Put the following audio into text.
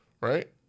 right